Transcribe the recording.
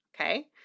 Okay